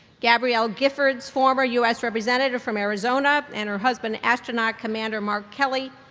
gabrielle giffords, former us representative from arizona, and her husband, astronaut commander mark kelly.